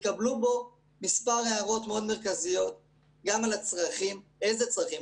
התקבלו בו מספר הערות מאוד מרכזיות גם על הצרכים איזה צרכים.